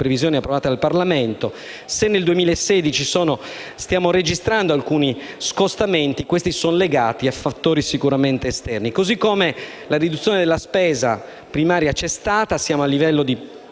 se nel 2016 stiamo registrando alcuni scostamenti, questi sono legati a fattori sicuramente esterni. Così come c'è stata la riduzione della spesa primaria (siamo a livello di